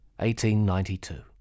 1892